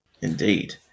Indeed